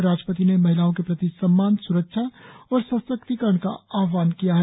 राष्ट्रपति ने महिलाओं के प्रति सम्मान स्रक्षा और सशक्तिकरण का आहवान किया है